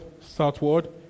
southward